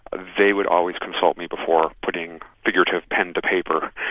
ah they would always consult me before putting figurative pen to paper.